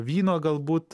vyno galbūt